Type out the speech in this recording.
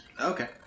Okay